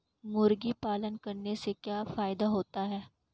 मुर्गी पालन करने से क्या फायदा होता है?